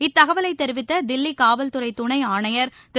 இத்தகவலை தெரிவித்த தில்லி காவல் துறை துணையர் திரு